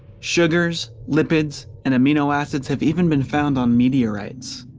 sugars, lipids, and amino acids have even been found on meteorites.